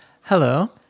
hello